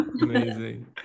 Amazing